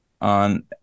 on